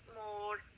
more